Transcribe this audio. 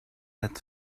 that